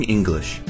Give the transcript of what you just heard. English